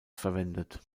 verwendet